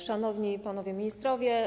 Szanowni Panowie Ministrowie!